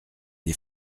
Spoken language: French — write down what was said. des